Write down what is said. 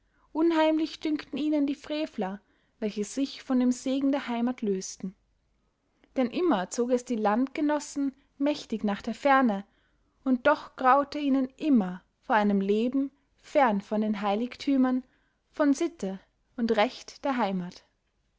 unheimlich dünkten ihnen die frevler welche sich von dem segen der heimat lösten denn immer zog es die landgenossen mächtig nach der ferne und doch graute ihnen immer vor einem leben fern von den heiligtümern von sitte und recht der heimat